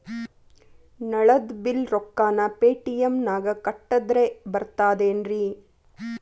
ನಳದ್ ಬಿಲ್ ರೊಕ್ಕನಾ ಪೇಟಿಎಂ ನಾಗ ಕಟ್ಟದ್ರೆ ಬರ್ತಾದೇನ್ರಿ?